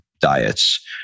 diets